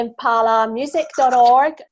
impalamusic.org